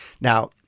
Now